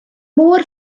mor